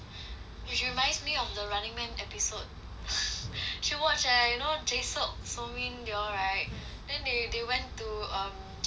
which reminds me of the running man episode should watch eh you know jae seok so min they all right then they they went to um japan